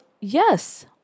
yes